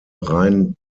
rein